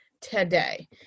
today